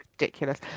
ridiculous